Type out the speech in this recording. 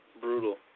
Brutal